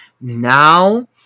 Now